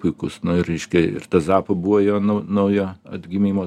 puikus nu ir reiškia ir ta zapa buvo jo nau naujo atgimimo